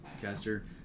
caster